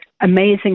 amazing